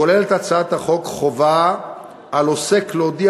כוללת הצעת החוק חובה על עוסק להודיע